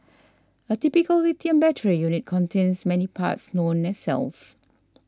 a typical lithium battery unit contains many parts known as cells